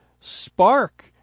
spark